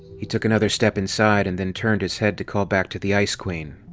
he took another step inside and then turned his head to call back to the ice queen.